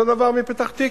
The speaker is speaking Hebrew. אותו דבר מפתח-תקווה,